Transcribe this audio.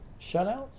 Shutouts